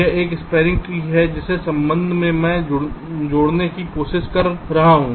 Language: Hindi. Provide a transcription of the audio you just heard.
यह एक स्पॅनिंग ट्री है जिसके संबंध में मैं जुड़ने की कोशिश कर रहा हूं